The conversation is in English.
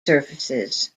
surfaces